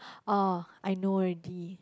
oh I know already